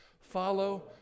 follow